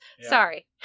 Sorry